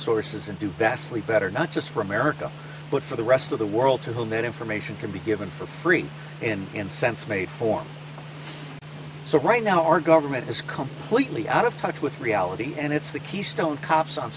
sources and do besley better not just for america but for the rest of the world to hold that information can be given for free and in sense made form so right now our government is completely out of touch with reality and it's the keystone cops on